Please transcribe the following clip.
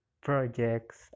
projects